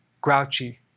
grouchy